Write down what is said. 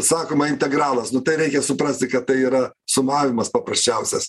sakoma integralas nu tai reikia suprasti kad tai yra sumavimas paprasčiausias